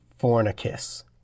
Fornicus